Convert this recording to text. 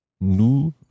nous